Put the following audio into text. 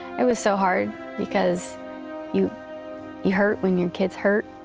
it was so hard because you you hurt when your kids hurt.